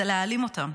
זה להעלים אותם.